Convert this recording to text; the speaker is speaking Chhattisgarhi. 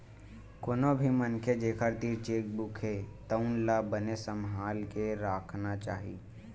कोनो भी मनखे जेखर तीर चेकबूक हे तउन ला बने सम्हाल के राखना चाही